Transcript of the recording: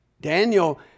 Daniel